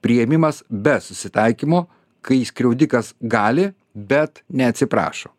priėmimas be susitaikymo kai skriaudikas gali bet neatsiprašo